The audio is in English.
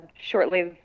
Shortly